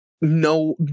no